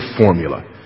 formula